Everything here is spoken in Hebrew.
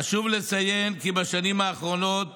חשוב לציין כי בשנים האחרונות